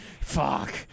fuck